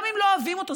גם אם לא אוהבים אותו,